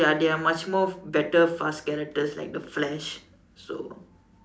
ya there are much more better fast characters like the flash so